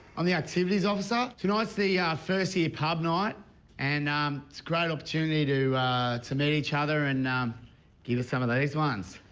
um the activities officer. tonight's the first year pub night and, um, it's a great opportunity to to meet each other and give us some of these ones.